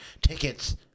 Tickets